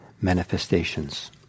manifestations